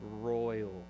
royal